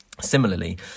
Similarly